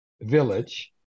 village